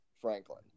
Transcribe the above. Franklin